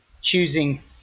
choosing